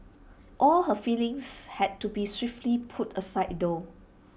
all her feelings had to be swiftly put aside though